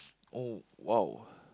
oh !wow!